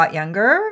younger